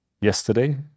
yesterday